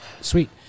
sweet